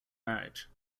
marriage